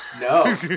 no